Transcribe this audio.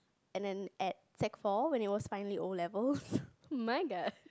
and then at sec four when it was finally O-levels my god